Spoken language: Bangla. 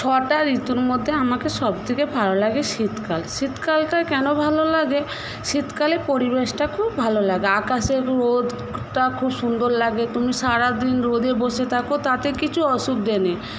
ছটা ঋতুর মধ্যে আমাকে সবথেকে ভালো লাগে শীতকাল শীতকালটা কেন ভালো লাগে শীতকালে পরিবেশটা খুব ভালো লাগে আকাশে রোদটা খুব সুন্দর লাগে তুমি সারাদিন রোদে বসে থাক তাতে কিছু অসুবিধা নেই